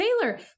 Taylor